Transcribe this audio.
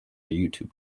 youtube